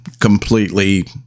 completely